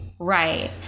Right